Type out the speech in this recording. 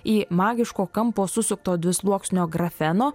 į magiško kampo susukto dvisluoksnio grafeno